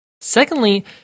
Secondly